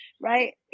right